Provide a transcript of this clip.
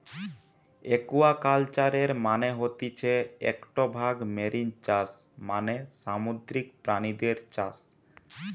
একুয়াকালচারের মানে হতিছে একটো ভাগ মেরিন চাষ মানে সামুদ্রিক প্রাণীদের চাষ